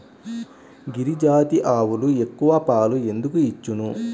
గిరిజాతి ఆవులు ఎక్కువ పాలు ఎందుకు ఇచ్చును?